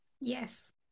Yes